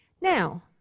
now